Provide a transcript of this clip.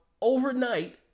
overnight